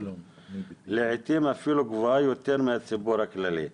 לעיתים אפילו יותר גבוה מהציבור הכללי.